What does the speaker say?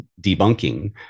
debunking